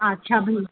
अच्छा भैया